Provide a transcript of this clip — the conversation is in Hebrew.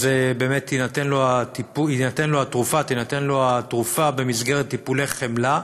באמת תינתן לו התרופה במסגרת טיפולי חמלה.